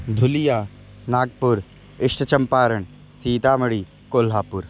धुलिया नागपुरम् इष्टचम्पारण् सीतामडि कोल्हापुरम्